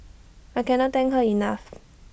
I cannot thank her enough